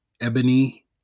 ebony